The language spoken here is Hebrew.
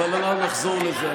אבל נחזור לזה,